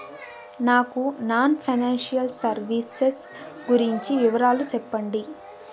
నాకు non financial services గురించి వివరాలు సెప్పండి?